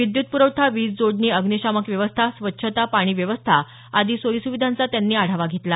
विद्युत पुरवठा वीज जोडणी अग्निशामक व्यवस्था स्वच्छता पाणी व्यवस्था आदीं सोयीसुविधांचा त्यांनी आढावा घेतला